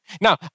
Now